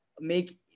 make